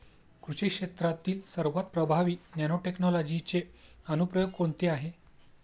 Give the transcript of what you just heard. कृषी क्षेत्रातील सर्वात प्रभावी नॅनोटेक्नॉलॉजीचे अनुप्रयोग कोणते आहेत?